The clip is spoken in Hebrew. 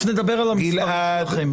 תיכף נדבר על המשרות שלכם.